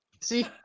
See